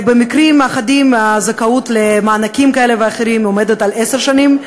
במקרים אחדים הזכאות למענקים כאלה ואחרים עומדת על עשר שנים,